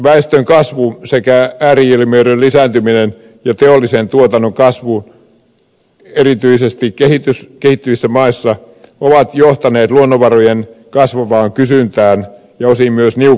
väestönkasvu sekä ääri ilmiöiden lisääntyminen ja teollisen tuotannon kasvu erityisesti kehittyvissä maissa ovat johtaneet luonnonvarojen kasvavaan kysyntään ja osin myös niukkuuteen